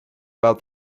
about